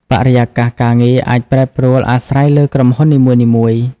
បរិយាកាសការងារអាចប្រែប្រួលអាស្រ័យលើក្រុមហ៊ុននីមួយៗ។